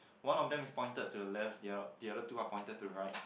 one of them is pointed to the left the oth~ the other two are pointed to right